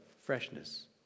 freshness